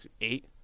eight